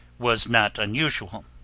was not unusual.